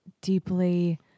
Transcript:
deeply